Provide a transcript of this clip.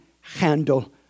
handle